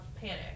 panic